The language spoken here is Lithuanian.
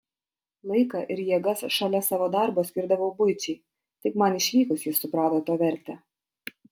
laiką ir jėgas šalia savo darbo skirdavau buičiai tik man išvykus jis suprato to vertę